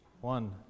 One